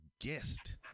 guest